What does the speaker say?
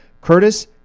Curtis